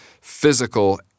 physical